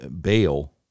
bail